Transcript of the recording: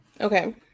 Okay